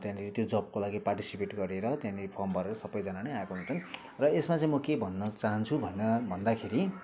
त्याँनिर त्यो जबको लागि पार्टिसिपेट गरेर त्यहाँनिर फर्म भनेर सबैजना नै आएको हुन्छन् र यसमा चाहिँ म के भन्न चाहन्छु भन्दा भन्दाखेरि